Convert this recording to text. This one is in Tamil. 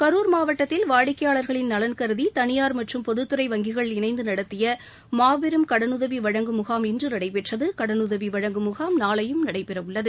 கரர் மாவட்டத்தில் வாடிக்கையாளர்களின் நலன் கருதி தனியார் மற்றும் பொதத்துறை வங்கிகள் இணைந்து நடத்திய மாபெரும் கடனுதவி வழங்கும் முகாம் இன்று நடைபெற்றது கடனுதவி வழங்கும் முனாம் நாளையும் நடைபெறவுள்ளது